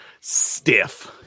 stiff